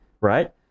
Right